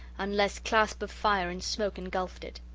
unless clasp of fire in smoke engulfed it.